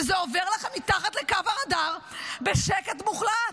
וזה עובר לכם מתחת לקו הרדאר בשקט מוחלט.